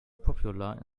popular